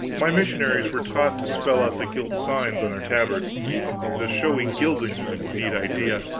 my missionaries were taught to spell out the gilt signs on their tabards the showy gilding was a neat idea,